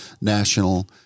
national